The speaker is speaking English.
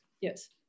Yes